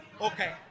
Okay